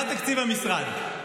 מה תקציב המשרד?